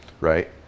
right